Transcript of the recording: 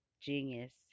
Genius